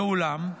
ואולם,